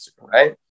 right